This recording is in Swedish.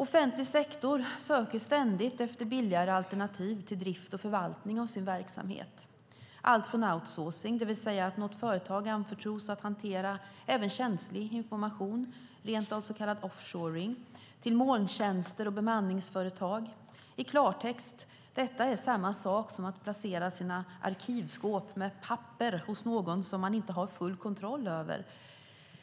Offentlig sektor söker ständigt efter billigare alternativ till drift och förvaltning av sin verksamhet. Det handlar om allt från outsourcing, det vill säga att något företag anförtros att hantera även känslig information - rent av så kallad offshoring - till molntjänster och bemanningsföretag. I klartext: Detta är samma sak som att placera sina arkivskåp med papper hos någon som man inte har full kontroll över.